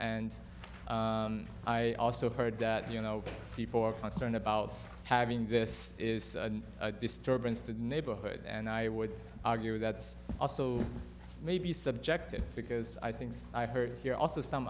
and i also heard that you know people are concerned about having this is a disturbance to the neighborhood and i would argue that's also maybe subjective because i think i've heard here also some